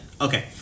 Okay